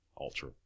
ultra